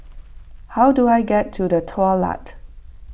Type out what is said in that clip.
how do I get to the Daulat